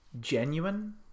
genuine